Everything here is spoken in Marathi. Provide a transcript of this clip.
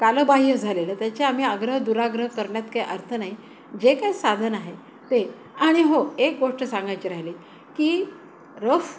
कालबाह्य झालेलं त्याचे आम्ही आग्रह दुराग्रह करण्यात काय अर्थ नाही जे काय साधन आहे ते आणि हो एक गोष्ट सांगायचे राहिले की रफ